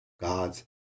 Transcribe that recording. God's